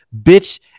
bitch